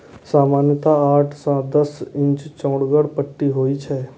सामान्यतः आठ सं दस इंच चौड़गर पट्टी होइ छै